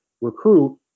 recruit